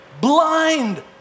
Blind